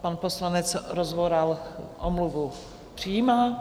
Pan poslanec Rozvoral omluvu přijímá.